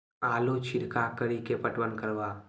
आलू छिरका कड़ी के पटवन करवा?